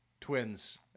twins